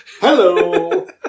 Hello